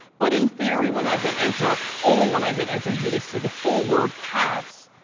but in theory, when i hit enter, only when i hit enter, do they see the full word cats.